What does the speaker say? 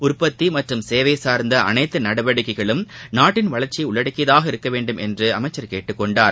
உற்பத்தி மற்றும் சேவை சார்ந்த அனைத்து நடவடிக்கைகளும் நாட்டின் வளர்ச்சியை உள்ளடக்கியதாக இருக்க வேண்டும் என்று அமைச்சர் கேட்டுக்கொண்டார்